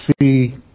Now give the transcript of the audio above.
see